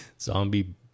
Zombie